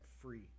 free